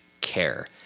care